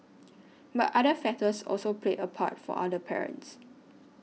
but other factors also played a part for other parents